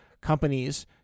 companies